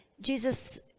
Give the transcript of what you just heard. Jesus